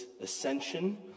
ascension